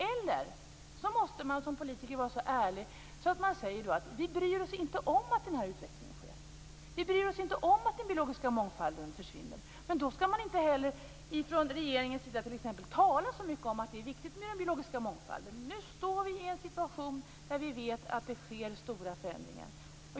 Eller så måste man som politiker vara så ärlig att man säger att man inte bryr sig om utvecklingen och att den biologiska mångfalden försvinner. Men då skall regeringen inte heller tala så mycket om att det är viktigt med den biologiska mångfalden. Nu står vi i en situation där vi vet att det sker stora förändringar.